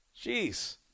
Jeez